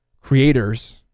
creators